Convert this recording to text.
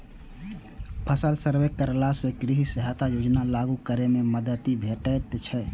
फसल सर्वे करेला सं कृषि सहायता योजना लागू करै मे मदति भेटैत छैक